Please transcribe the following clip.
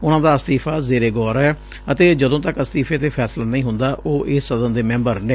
ਉਨੂਂ ਦਾ ਅਸਤੀਫਾ ਜ਼ੇਰੇ ਗੌਰ ਐ ਅਤੇ ਜਦੋਂ ਤੱਕ ਅਸਤੀਫੇ ਤੇ ਫੈਸਲਾ ਨਹੀਂ ਹੁੰਦਾ ਉਹ ਇਸ ਸਦਨ ਦੇ ਮੈਂਬਰ ਨੇ